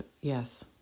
yes